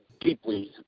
deeply